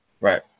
Right